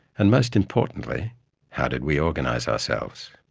and most importantly how did we organize ourselves?